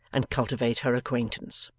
and cultivate her acquaintance.